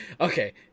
okay